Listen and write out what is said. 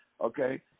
okay